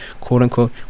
quote-unquote